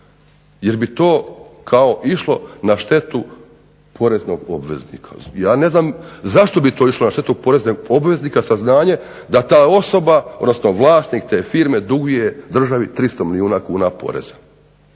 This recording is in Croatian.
jer bi to kao išlo na štetu poreznog obveznika. Ja ne znam zašto bi to išlo na štetu poreznog obveznika saznanje da ta osoba, odnosno vlasnik te firme duguje državi 300 milijuna kuna poreza.